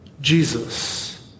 Jesus